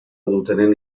dutenen